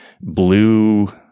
blue